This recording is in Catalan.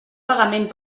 pagament